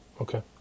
Okay